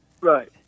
Right